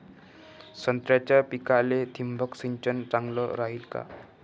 संत्र्याच्या पिकाले थिंबक सिंचन चांगलं रायीन का?